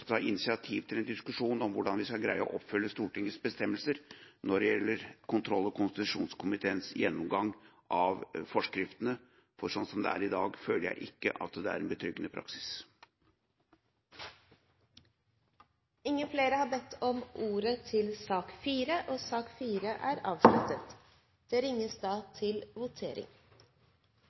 ta initiativ til en diskusjon om hvordan vi skal greie å oppfylle Stortingets bestemmelser når det gjelder kontroll- og konstitusjonskomiteens gjennomgang av forskriftene. Sånn som det er i dag, føler jeg ikke at det er en betryggende praksis. Flere har ikke bedt om ordet til sak nr. 4. Da går vi til votering. Det